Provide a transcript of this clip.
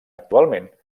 actualment